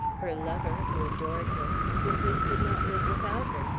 her lover, who adored her, simply could not live without her,